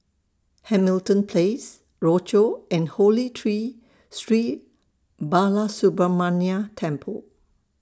Hamilton Place Rochor and Holy Tree Sri Balasubramaniar Temple